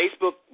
Facebook